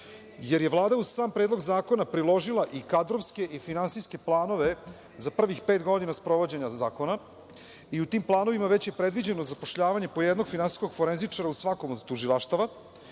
jer je Vlada uz sam Predloga zakona priložila i kadrovske i finansijske planove za prvih pet godina sprovođenja zakona i u tim planovima već je predviđeno zapošljavanje po jednog finansijskog forenzičara u svakom od tužilaštava,